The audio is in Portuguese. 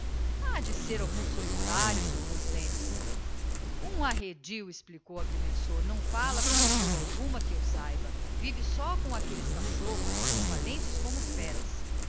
de ser algum solitário suppoz lentz um arredio explicou o agrimensor não fala com pessoa alguma que eu saiba vive só com aquelles cachorros que são valentes como feras